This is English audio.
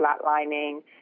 flatlining